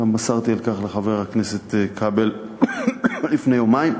גם מסרתי על כך לחבר הכנסת כבל לפני יומיים,